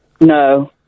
No